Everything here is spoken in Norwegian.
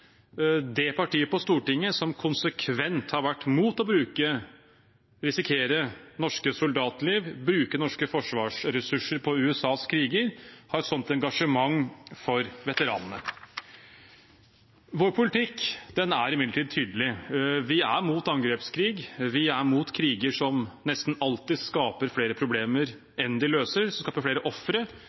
det partiet på Stortinget som konsekvent har vært imot å risikere norske soldatliv og bruke norske forsvarsressurser på USAs kriger, har et slikt engasjement for veteranene. Vår politikk er imidlertid tydelig: Vi er imot angrepskrig. Vi er imot kriger som nesten alltid skaper flere problemer enn de løser, og som skaper flere ofre,